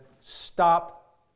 Stop